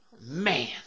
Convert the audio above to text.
Man